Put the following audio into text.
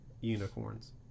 Unicorns